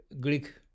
Greek